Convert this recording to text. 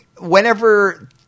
whenever